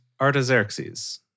Artaxerxes